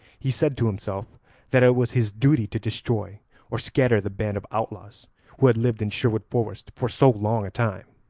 he said to himself that it was his duty to destroy or scatter the band of outlaws who had lived in sherwood forest for so long a time.